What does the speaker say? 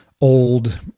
old